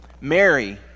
Mary